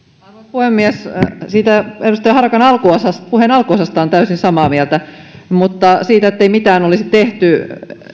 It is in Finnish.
puhemies siitä edustaja harakan puheen alkuosasta olen täysin samaa mieltä mutta siitä että ei mitään olisi tehty